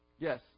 Yes